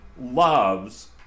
loves